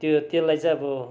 त्यो त्यसलाई चाहिँ अब